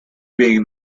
being